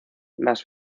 las